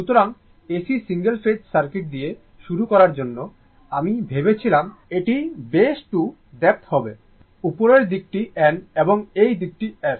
সুতরাং AC single phase circuit দিয়ে শুরু করার জন্য আমি ভেবেছিলাম এটি বসে টু ডেপ্ত হবে উপরের দিকটি N এবং এই দিকটি S